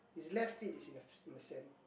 his left feet is in in the sand